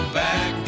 back